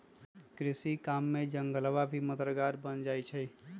कृषि काम में जंगलवा भी मददगार बन जाहई